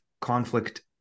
conflict